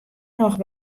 noch